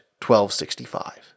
1265